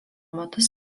metus